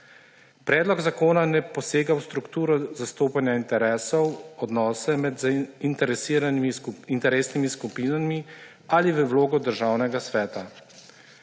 Predlog zakona ne posega v strukturo zastopanja interesov, odnose med interesnimi skupinami ali v vlogo Državnega sveta.